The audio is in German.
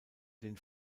den